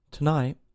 Tonight